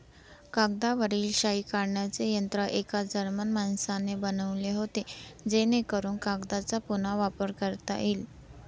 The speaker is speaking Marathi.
कागदावरील शाई काढण्याचे यंत्र एका जर्मन माणसाने बनवले होते जेणेकरून कागदचा पुन्हा वापर करता येईल